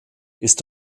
ist